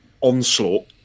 onslaught